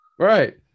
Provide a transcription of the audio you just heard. Right